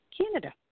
Canada